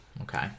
Okay